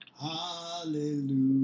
Hallelujah